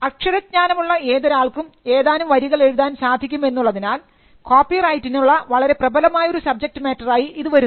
അക്ഷരജ്ഞാനം ഉള്ള ഏതൊരാൾക്കും ഏതാനും വരികൾ എഴുതാൻ സാധിക്കും എന്നുള്ളതിനാൽ കോപ്പിറൈറ്റിനുള്ള വളരെ പ്രബലമായ ഒരു സബ്ജക്ട് മാറ്ററായി ഇത് വരുന്നു